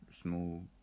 small